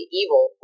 evil